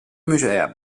musea